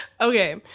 Okay